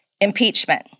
Impeachment